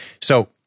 So-